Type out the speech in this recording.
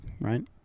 right